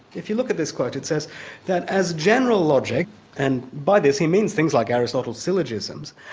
if you look at this quote, it says that as general logic and by this he means things like aristotle's syllogisms,